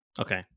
okay